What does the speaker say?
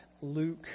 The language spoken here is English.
Luke